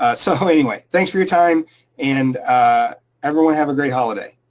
ah so anyway, thanks for your time and everyone have a great holiday.